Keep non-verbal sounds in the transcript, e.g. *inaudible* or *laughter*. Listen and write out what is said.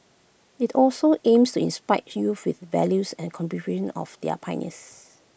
IT also aims to inspire youths with values and *unintelligible* of their pioneers